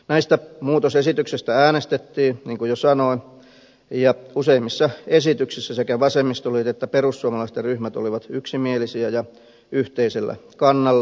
näistä muutosesityksistä äänestettiin niin kuin jo sanoin ja useimmissa esityksissä sekä vasemmistoliiton että perussuomalaisten ryhmät olivat yksimielisiä ja yhteisellä kannalla